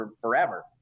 forever